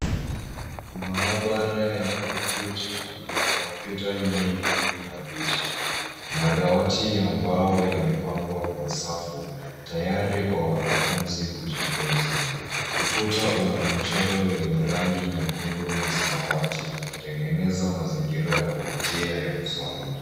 Maabara ya kompyuta ina kompyuta nyingi na viti. Madawati ya mbao yamepangwa kwa safu tayari kwa wanafunzi kujifunza. Ukuta una michoro yenye rangi nyekundu na samawati ukitengeneza mazingira ya kuvutia ya kusoma.